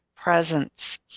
presence